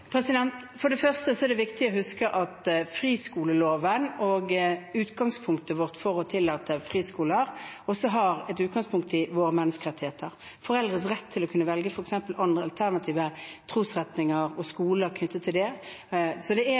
For det første er det viktig å huske at friskoleloven og utgangspunktet vårt for å tillate friskoler også har et utgangspunkt i våre menneskerettigheter, i foreldres rett til f.eks. å kunne velge alternative trosretninger og skoler knyttet til dem. Så det er